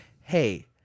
hey